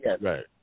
Right